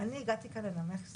מי נמנע?